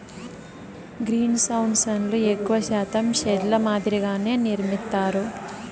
గ్రీన్హౌస్లను ఎక్కువ శాతం షెడ్ ల మాదిరిగానే నిర్మిత్తారు